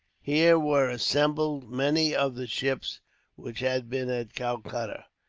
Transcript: here were assembled many of the ships which had been at calcutta,